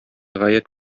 гаять